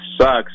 sucks